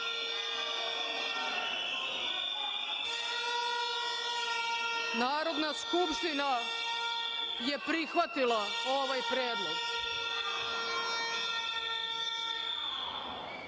Narodna skupština prihvatila ovaj predlog. Vlada